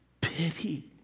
pity